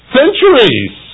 centuries